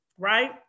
Right